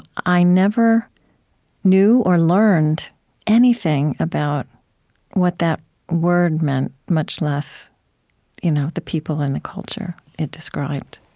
i never knew or learned anything about what that word meant, much less you know the people and the culture it described